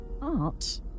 Art